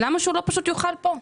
למה שהוא לא פשוט יאכל פה?